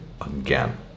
again